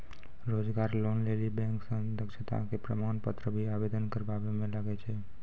रोजगार लोन लेली बैंक मे दक्षता के प्रमाण पत्र भी आवेदन करबाबै मे लागै छै?